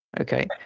Okay